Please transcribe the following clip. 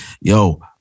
Yo